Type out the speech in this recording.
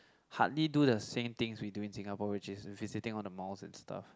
hardly do the same things we do in Singapore which is visiting all the malls and stuff